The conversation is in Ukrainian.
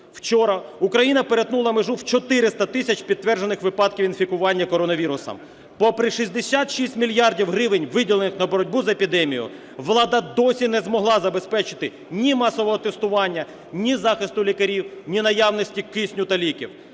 Вчора Україна перетнула межу в 400 тисяч підтверджених випадків інфікування коронавірусом. Попри 66 мільярдів гривень, виділених на боротьбу з епідемією, влада досі не змогла забезпечити ні масового тестування, ні захисту лікарів, ні наявності кисню та ліків.